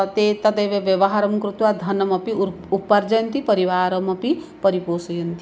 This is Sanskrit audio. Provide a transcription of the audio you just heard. ते तदेव व्यवहारं कृत्वा धनम् अपि उर् उपार्जयन्ति परिवारमपि परिपोषयन्ति